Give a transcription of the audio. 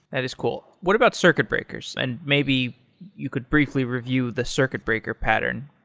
and it is cool. what about circuit breakers? and maybe you could briefly review the circuit breaker pattern.